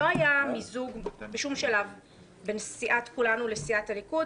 לא היה מיזוג בשום שלב בין סיעת כולנו לסיעת הליכוד.